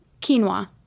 quinoa